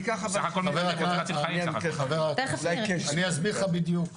אני אסביר לך בדיוק.